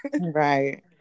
Right